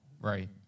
Right